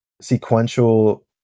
Sequential